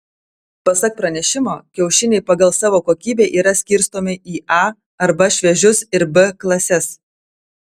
pasak pranešimo kiaušiniai pagal savo kokybę yra skirstomi į a arba šviežius ir b klases